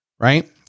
Right